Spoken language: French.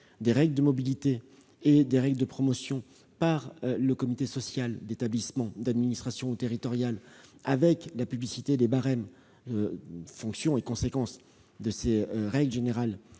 des règles de mobilité et des règles de promotion par le comité social d'établissement d'administration territoriale, avec la publicité des barèmes- fonction et conséquence de ces règles générales